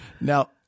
Now